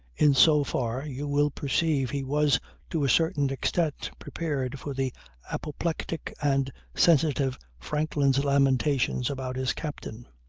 in so far you will perceive he was to a certain extent prepared for the apoplectic and sensitive franklin's lamentations about his captain.